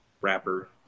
wrapper